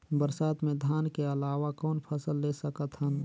बरसात मे धान के अलावा कौन फसल ले सकत हन?